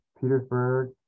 Petersburg